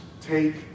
take